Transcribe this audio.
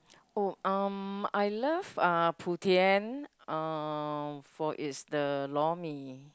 oh um I love uh Putien uh for its the lor-mee